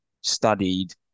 studied